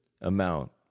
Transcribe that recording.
amount